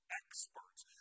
experts